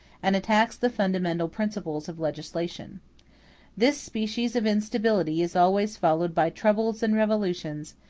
and attacks the fundamental principles of legislation this species of instability is always followed by troubles and revolutions,